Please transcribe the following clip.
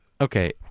okay